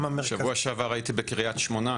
שבוע שעבר הייתי בקריית שמונה,